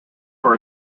for